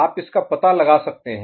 आप इसका पता लगा सकते हैं